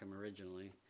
originally